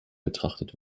betrachtet